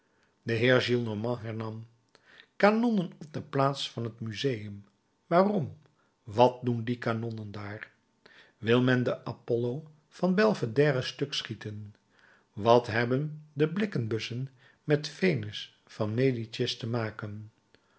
de heer gillenormand hernam kanonnen op de plaats van het museum waarom wat doen die kanonnen daar wil men den apollo van belvedère stuk schieten wat hebben de blikken bussen met venus van medicis te maken